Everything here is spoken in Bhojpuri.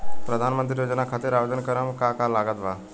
प्रधानमंत्री योजना खातिर आवेदन करम का का लागत बा?